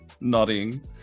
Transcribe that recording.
nodding